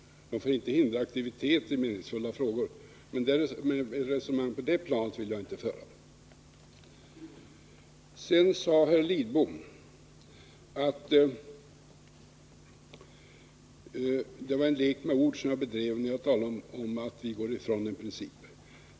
De får inte hindra aktivitet i betydelsefulla frågor. Men ett resonemang på det planet vill jag inte föra. Sedan sade herr Lidbom att det var en lek med ord som jag bedrev när jag talade om att vi går ifrån en princip.